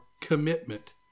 commitment